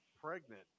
pregnant